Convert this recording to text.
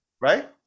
Right